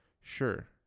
Sure